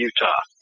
Utah